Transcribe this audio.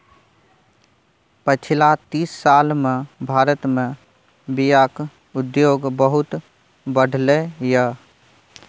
पछिला तीस साल मे भारत मे बीयाक उद्योग बहुत बढ़लै यै